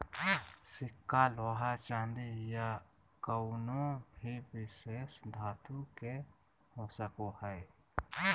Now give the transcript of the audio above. सिक्का लोहा चांदी या कउनो भी विशेष धातु के हो सको हय